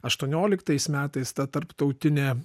aštuonioliktais metais ta tarptautinė